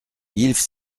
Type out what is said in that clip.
yves